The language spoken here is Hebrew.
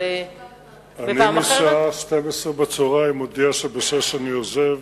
אני משעה 12:00 מודיע שב-18:00 אני עוזב.